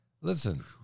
Listen